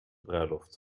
bruiloft